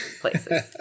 places